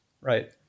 right